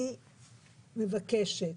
אני מבקשת,